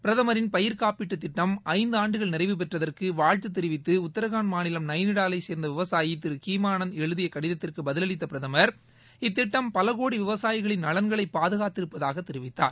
பிரதமர் பயிர் காப்பீட்டுத் திட்டம் ஐந்து ஆண்டுகள் நிறைவு பெற்றதற்கு வாழ்த்து தெரிவித்து உத்தரகாண்ட் மாநிலம் நயினிடாலைச் சேர்ந்த விவசாயி திரு கீமானந்த் எழுதிய கடிதத்திற்கு பதிலளித்த பிரதமர் இத்திட்டம் பல கோடி விவசாயிகளின் நலன்களை பாதுகாத்திருப்பதாக தெரிவிதார்